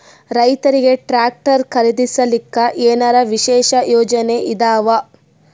ರೈತರಿಗೆ ಟ್ರಾಕ್ಟರ್ ಖರೀದಿಸಲಿಕ್ಕ ಏನರ ವಿಶೇಷ ಯೋಜನೆ ಇದಾವ?